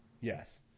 Yes